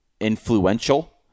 influential